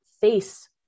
face